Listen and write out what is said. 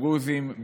דרוזים,